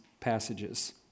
passages